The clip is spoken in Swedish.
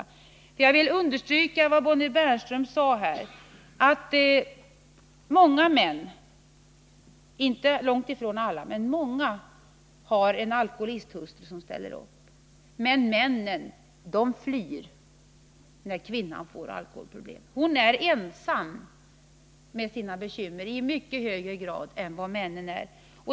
Om det ökande Jag vill understryka vad Bonnie Bernström sade om att många alkoholi — alkoholmissbruket serade män — men långt ifrån alla — har hustrur som ställer upp, medan — bland kvinnor männen flyr när kvinnorna får alkoholproblem. Kvinnan är ensam med sina bekymmer i mycket högre grad än vad mannen är.